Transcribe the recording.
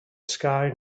sky